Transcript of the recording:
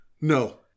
No